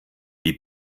die